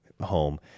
home